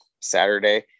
saturday